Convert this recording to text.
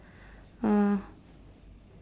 uh